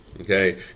Okay